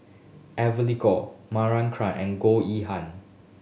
Evely Goh and Goh Yihan